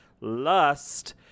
lust